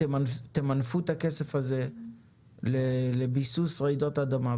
ותמנפו את הכסף הזה לביסוס נגד רעידות אדמה.